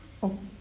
okay